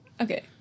Okay